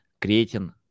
creating